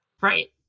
Right